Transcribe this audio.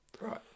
Right